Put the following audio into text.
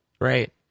Right